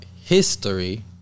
history